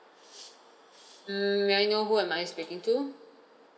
mm may I know who am I speaking to